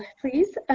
please.